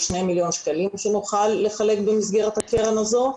שני מיליון שקלים שנוכל לחלק במסגרת הקרן הזו.